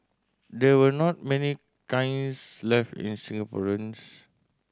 there were not many kilns left in Singaporeans